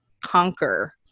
conquer